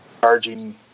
charging